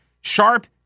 Sharp